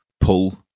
pull